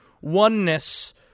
oneness—